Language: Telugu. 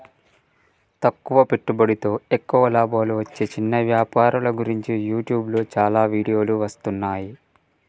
తక్కువ పెట్టుబడితో ఎక్కువ లాభాలు వచ్చే చిన్న వ్యాపారుల గురించి యూట్యూబ్లో చాలా వీడియోలు వస్తున్నాయి